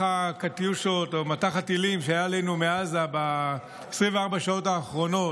הקטיושות או מטח הטילים שהיה עלינו מעזה ב-24 השעות האחרונות,